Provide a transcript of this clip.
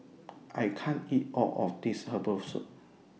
I can't eat All of This Herbal Soup